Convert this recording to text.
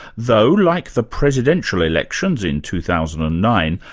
though, like the presidential elections in two thousand and nine,